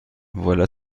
voilà